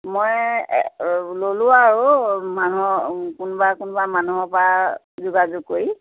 মই ল'লোঁ আৰু মানুহৰ কোনোবা কোনোবা মানুহৰ পৰা যোগাযোগ কৰি